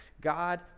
God